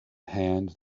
hand